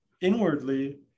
inwardly